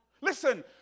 Listen